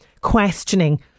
questioning